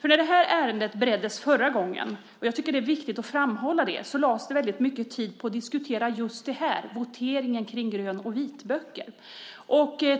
När detta ärende bereddes förra gången - jag tycker att det är viktigt att framhålla det - lades det mycket tid på att diskutera just frågan om votering om grön och vitböcker.